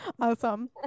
awesome